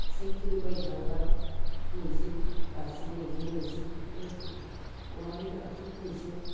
से किल' बायनो थाङोब्ला नैजौ बाजि नैजौ नैजि इफोरबायदि अमा बेदराथ' ब्रैजौ